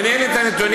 ואין לי את הנתונים,